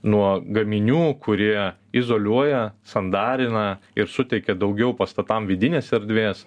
nuo gaminių kurie izoliuoja sandarina ir suteikia daugiau pastatam vidinės erdvės